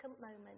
moment